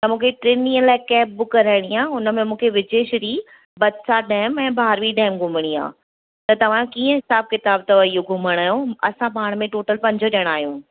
त मूंखे टिनि ॾींहंनि लाइ कैब बुक कराइणी आहे हुनमें मूंखे विजेश्री बत्सा डैम में भारवी डैम घुमणी आहे त तव्हां कीअं हिसाब किताब अथव जो घुमण जो असां पाण में टोटल पंज ॼणा आहियूं